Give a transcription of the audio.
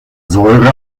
säure